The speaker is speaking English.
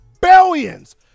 billions